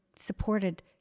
supported